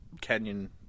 Canyon